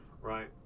right